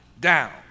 down